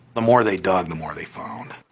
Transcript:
the more they dug, the more they found.